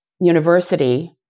university